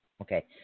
Okay